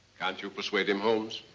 can't you persuade him, holmes?